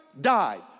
died